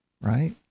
right